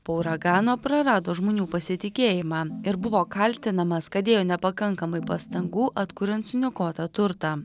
po uragano prarado žmonių pasitikėjimą ir buvo kaltinamas kad dėjo nepakankamai pastangų atkuriant suniokotą turtą